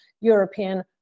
european